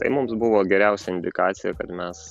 tai mums buvo geriausia indikacija kad mes